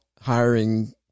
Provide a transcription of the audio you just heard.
hiring